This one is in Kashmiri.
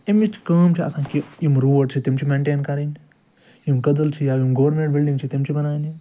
اَمِچ کٲم چھِ آسان کہِ یِم روڈ چھِ تِم چھِ مٮ۪نٹین کَرٕنۍ یِم کٔدٕل چھِ یا یِم گورمِنٛٹ بِلڈِنٛگ چھِ تِم چھِ بناونہِ